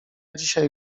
dzisiaj